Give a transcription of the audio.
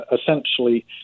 essentially